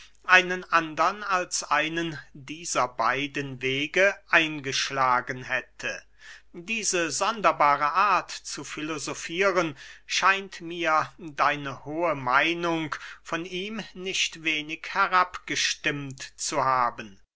einen andern als einen dieser beiden wege eingeschlagen hätte diese sonderbare art zu filosofieren scheint mir deine hohe meinung von ihm nicht wenig herabgestimmt zu haben